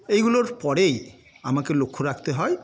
এইগুলোর পরেই আমাকে লক্ষ্য রাখতে হয়